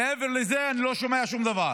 מעבר לזה אני לא שומע שום דבר.